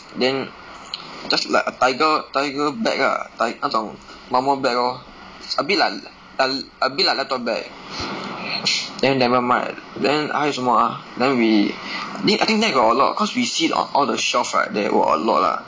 then just like a tiger tiger bag ah tig~ 那种 normal bag lor a bit like a a bit like laptop bag then nevermind then 还有什么 ah then we I think I think there got a lot cause we see all the shelves right there got a lot lah